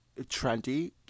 trendy